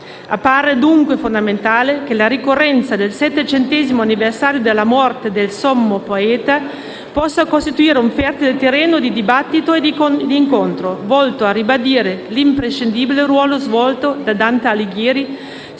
Appare dunque fondamentale che la ricorrenza del settecentesimo anniversario dalla morte del sommo poeta possa costituire un fertile terreno di dibattito e incontro, volto a ribadire l'imprescindibile ruolo svolto da Dante Alighieri,